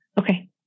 Okay